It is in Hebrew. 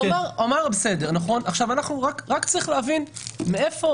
רק צריך להבין,